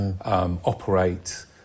operate